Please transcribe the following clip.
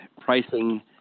pricing